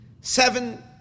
seven